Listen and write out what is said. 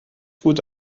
gut